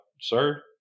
sir